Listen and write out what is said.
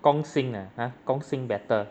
gong sim ah gong sim better